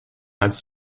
als